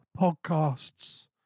podcasts